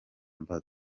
mbaga